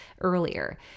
earlier